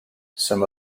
some